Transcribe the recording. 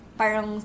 parang